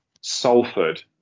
Salford